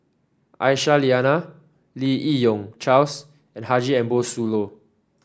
Aisyah Lyana Lim Yi Yong Charles and Haji Ambo Sooloh